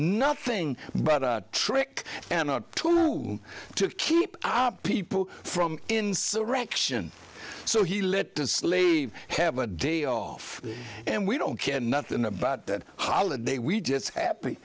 nothing but a trick and not to whom to keep our people from in so rection so he let the slaves have a day off and we don't care nothing about that holiday we just happ